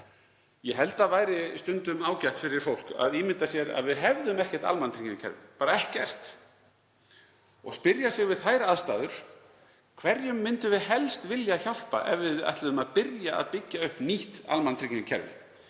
Ég held að stundum væri ágætt fyrir fólk að ímynda sér að við hefðum ekkert almannatryggingakerfi, bara ekkert, og spyrja sig við þær aðstæður: Hverjum myndum við helst vilja hjálpa ef við ætluðum að byrja að byggja upp nýtt almannatryggingakerfi?